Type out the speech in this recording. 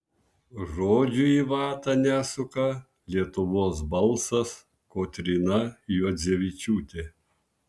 žodžių į vatą nesuka lietuvos balsas kotryna juodzevičiūtė